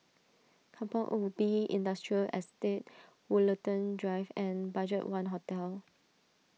Kampong Ubi Industrial Estate Woollerton Drive and Budgetone Hotel